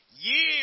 years